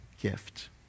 gift